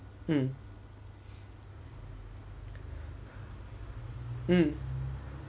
mm mm